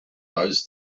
those